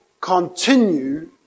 continue